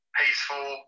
peaceful